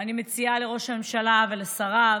אני מציעה לראש הממשלה ולשריו